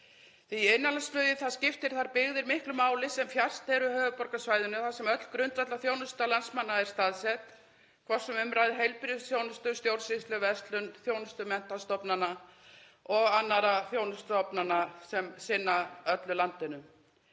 ári. Innanlandsflugið skiptir þær byggðir miklu máli sem fjærst eru höfuðborgarsvæðinu þar sem öll grundvallarþjónusta landsmanna er staðsett, hvort sem um ræðir heilbrigðisþjónustu, stjórnsýslu, verslun, þjónustu menntastofnana og annarra þjónustustofnana sem sinna öllu landinu.